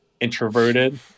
introverted